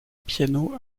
piano